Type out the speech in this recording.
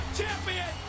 champion